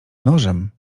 nożem